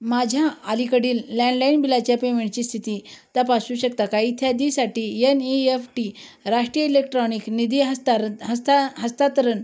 माझ्या अलीकडील लँडलाइन बिलाच्या पेमेंटची स्थिती तपासू शकता का इत्यादीसाठी येन ई येफ टी राष्ट्रीय इलेक्ट्रॉनिक निधी हस्तारन् हस्ता हस्तांतरण